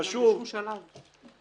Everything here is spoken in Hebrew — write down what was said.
ובשום שלב.